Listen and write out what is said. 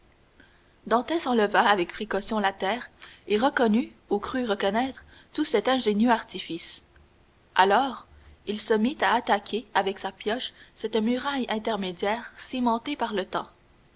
dantès enleva avec précaution la terre et reconnut ou crut reconnaître tout cet ingénieux artifice alors il se mit à attaquer avec sa pioche cette muraille intermédiaire cimentée par le temps